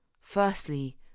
Firstly